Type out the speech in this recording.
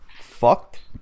fucked